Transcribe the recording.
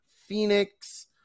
Phoenix